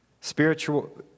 Spiritual